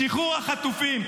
שקלים,